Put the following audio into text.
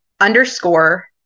underscore